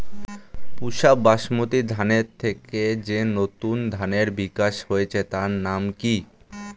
পুসা বাসমতি ধানের থেকে যে নতুন ধানের বিকাশ হয়েছে তার নাম কি?